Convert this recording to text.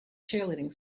cheerleading